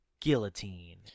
guillotine